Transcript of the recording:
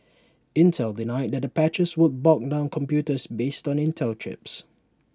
Intel denied that the patches would bog down computers based on Intel chips